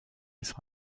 sera